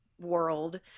world